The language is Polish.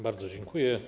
Bardzo dziękuję.